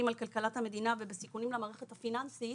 על כלכלת המדינה ובסיכונים למערכת הפיננסית